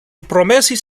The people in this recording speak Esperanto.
promesis